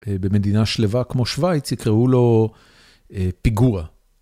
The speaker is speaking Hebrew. במדינה שלווה כמו שווייץ יקראו לו פיגוע.